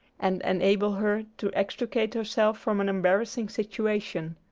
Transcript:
and enable her to extricate herself from an embarrassing situation.